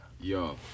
Yo